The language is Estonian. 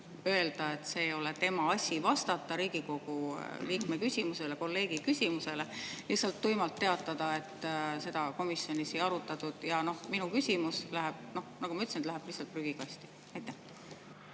öelda, et see ei ole tema asi vastata Riigikogu liikme küsimusele, kolleegi küsimusele, lihtsalt tuimalt teatada, et seda komisjonis ei arutatud … Minu küsimus, nagu ma ütlesin, läheb lihtsalt prügikasti. Jah,